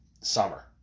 summer